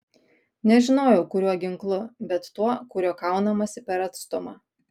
nežinojau kuriuo ginklu bet tuo kuriuo kaunamasi per atstumą